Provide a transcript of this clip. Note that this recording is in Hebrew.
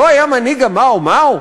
לא היה מנהיג ה"מאו-מאו"?